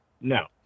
No